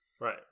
Right